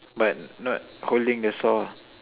but not holding the saw